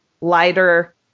lighter